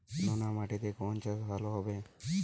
নোনা মাটিতে কোন চাষ ভালো হবে?